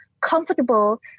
comfortable